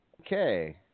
Okay